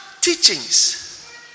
teachings